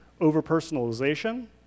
overpersonalization